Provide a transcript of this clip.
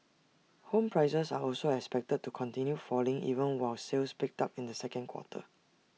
home prices are also expected to continue falling even while sales picked up in the second quarter